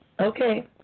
Okay